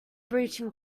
breaching